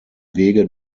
wege